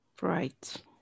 right